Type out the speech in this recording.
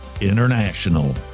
International